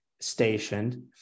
stationed